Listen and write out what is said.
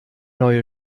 neue